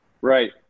Right